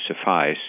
suffice